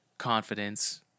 confidence